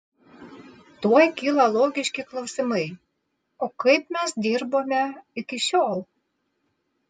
tuoj kyla logiški klausimai o kaip mes dirbome iki šiol